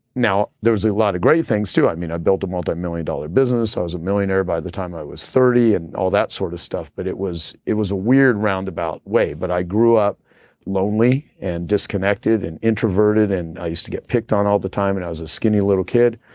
now, there's a lot of great things too. i built a multimillion dollar business. i was a millionaire by the time i was thirty and all that sort of stuff. but it was it was a weird roundabout way. but i grew up lonely and disconnected and introverted and i used to get picked on all the time and i was a skinny little kid.